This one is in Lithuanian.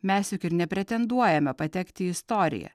mes juk ir nepretenduojame patekti į istoriją